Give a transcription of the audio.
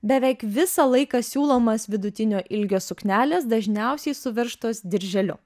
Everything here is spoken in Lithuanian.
beveik visą laiką siūlomos vidutinio ilgio suknelės dažniausiai suveržtos dirželiu